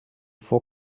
for